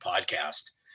podcast